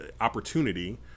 opportunity